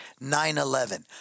9-11